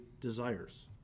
desires